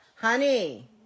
Honey